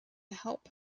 help